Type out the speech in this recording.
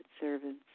servants